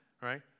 right